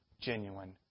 genuine